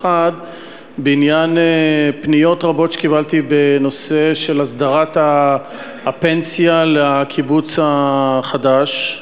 האחת בעניין פניות רבות שקיבלתי בנושא הסדרת הפנסיה לקיבוץ החדש,